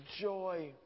joy